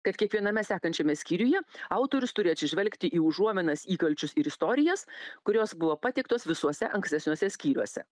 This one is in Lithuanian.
kad kiekviename sekančiame skyriuje autorius turi atsižvelgti į užuominas įkalčius ir istorijas kurios buvo pateiktos visuose ankstesniuose skyriuose